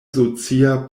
socia